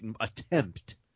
attempt